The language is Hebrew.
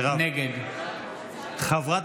נגד יוראי